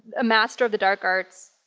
a master of the dark arts,